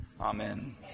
Amen